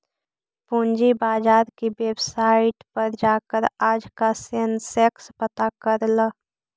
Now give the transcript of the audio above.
पूंजी बाजार की वेबसाईट पर जाकर आज का सेंसेक्स पता कर ल